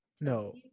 No